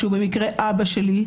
שהוא במקרה אבא שלי.